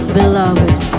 beloved